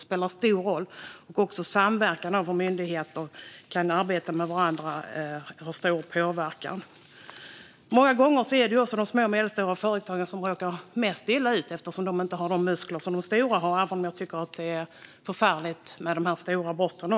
Även samverkan mellan myndigheter har stor påverkan. Många gånger är det de små och medelstora företagen som råkar mest illa ut eftersom de inte har de muskler som de stora företagen har, även om jag givetvis tycker att brotten mot dem också är förfärliga.